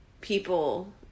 people